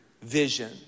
vision